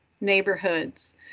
neighborhoods